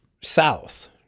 south